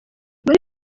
muri